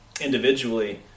individually